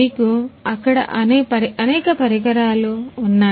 మీకు అక్కడ అనేక పరికరాలు ఉన్నాయి